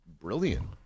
Brilliant